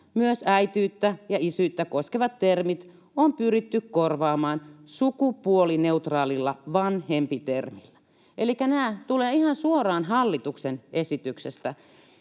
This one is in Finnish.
myös äitiyttä ja isyyttä koskevat termit on pyritty korvaamaan sukupuolineutraalilla vanhempi-termillä”. Elikkä nämä tulevat ihan suoraan hallituksen esityksestä.